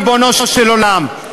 ריבונו של עולם,